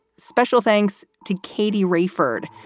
special thanks to katie raiford.